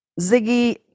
ziggy